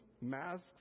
masks